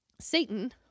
Satan